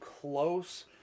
close